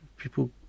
People